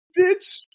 bitch